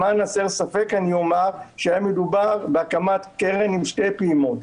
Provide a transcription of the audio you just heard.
למען הסר ספק אומר שהיה מדובר על הקמת קרן עם שתי פעימות,